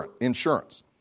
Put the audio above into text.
insurance